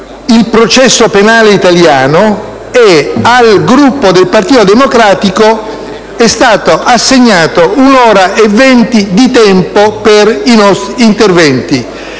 il processo penale italiano, e al Gruppo del Partito Democratico sono stati assegnati un'ora e venti minuti di tempo per i suoi interventi.